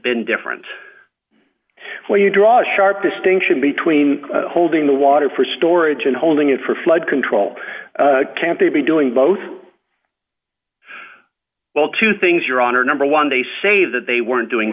been different when you draw a sharp distinction between holding the water for storage and holding it for flood control can't they be doing both well two things your honor number one they say that they weren't doing